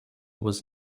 was